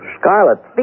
Scarlet